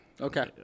Okay